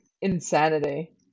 insanity